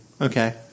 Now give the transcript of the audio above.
Okay